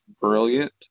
brilliant